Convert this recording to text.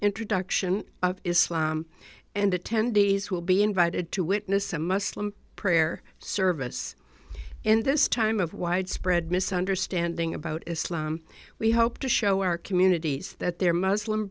introduction of islam and attendees will be invited to witness a muslim prayer service in this time of widespread misunderstanding about islam we hope to show our communities that their muslim